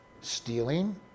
stealing